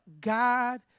God